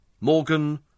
Morgan